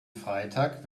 freitag